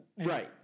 Right